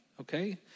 okay